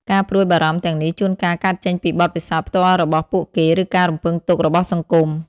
ការព្រួយបារម្ភទាំងនេះជួនកាលកើតចេញពីបទពិសោធន៍ផ្ទាល់របស់ពួកគេ ឬការរំពឹងទុករបស់សង្គម។